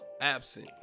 absent